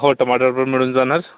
हो टमाटर पण मिळून जाणार